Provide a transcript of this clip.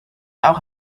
auch